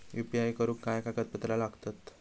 UPI करुक काय कागदपत्रा लागतत?